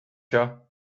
you